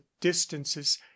distances